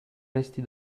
resti